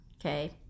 okay